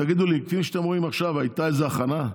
תגידו לי, כפי שאתם רואים עכשיו, הייתה איזו הכנה?